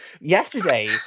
yesterday